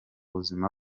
buzima